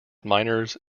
miners